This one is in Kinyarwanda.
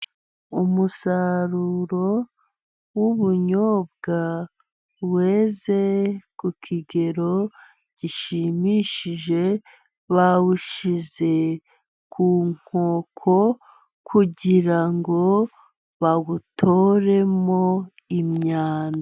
Umusaruro w'ubunyobwa weze ku kigero gishimishije bawushyize ku nkoko kugira ngo bawutoremo imyanda.